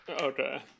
Okay